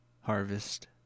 harvest